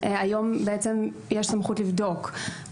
היום יש סמכות לבדוק.